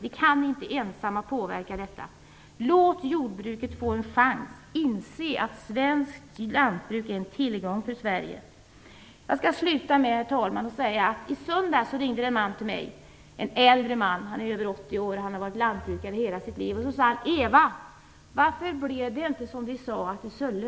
Vi kan inte ensamma påverka detta. Låt jordbruket få en chans! Inse att svenskt lantbruk är en tillgång för Sverige. Jag skall avsluta mitt anförande med att berätta att det i söndags ringde en äldre man till mig - han är över 80 år och har varit lantbrukare i hela sitt liv. Han sade:"Eva, varför blev det inte som vi sa att det skulle?"